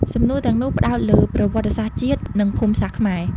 សំណួរទាំងនោះផ្តោតលើ ប្រវត្តិសាស្ត្រជាតិ និង ភូមិសាស្ត្រខ្មែរ។